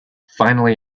finally